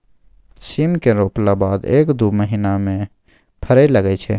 सीम केँ रोपला बाद एक दु महीना मे फरय लगय छै